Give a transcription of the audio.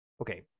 Okay